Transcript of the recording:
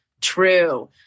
true